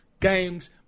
games